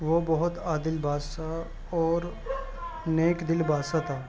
وہ بہت عادل بادشاہ اور نیک دل بادشاہ تھا